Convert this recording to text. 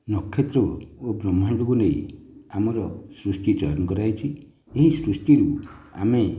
ନକ୍ଷତ୍ର ଓ ବ୍ରହ୍ମାଣ୍ଡକୁ ନେଇ ଆମର ସୃଷ୍ଟି ଚୟନ କରାହୋଇଛି ଏହି ସୃଷ୍ଟିରୁ ଆମେ